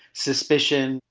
suspicion.